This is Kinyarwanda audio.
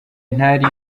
ntari